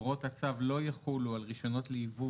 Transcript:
הוראות הצו לא יחולו על רישיונות ליבוא